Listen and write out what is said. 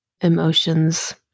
emotions